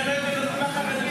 לחרדים.